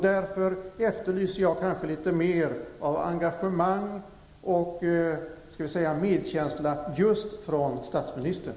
Därför efterlyser jag litet mer av engagemang och, låt mig säga, medkänsla från just statsministern.